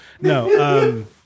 No